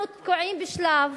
אנחנו תקועים בשלב